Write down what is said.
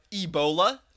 Ebola